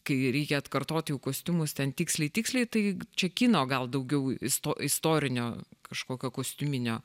kai reikia atkartot jau kostiumus ten tiksliai tiksliai tai čia kino gal daugiau isto istorinio kažkokio kostiuminio